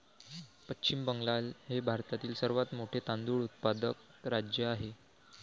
पश्चिम बंगाल हे भारतातील सर्वात मोठे तांदूळ उत्पादक राज्य आहे